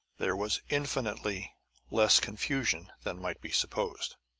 there was infinitely less confusion than might be supposed.